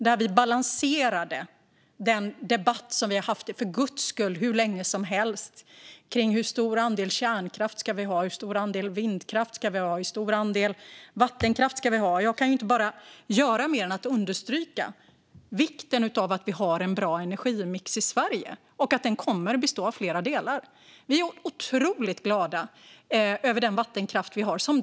Där balanserade vi den debatt som vi har haft hur länge som helst - för guds skull - om hur stor andel kärnkraft vi ska ha, hur stor andel vindkraft vi ska ha och hur stor andel vattenkraft vi ska ha. Jag kan inte göra mer än att understryka vikten av att vi har en bra energimix i Sverige och att den kommer att bestå av flera delar. Vi är otroligt glada över den vattenkraft vi har.